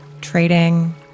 trading